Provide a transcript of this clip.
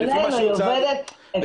היא עובדת?